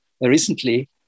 recently